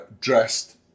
dressed